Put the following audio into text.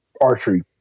archery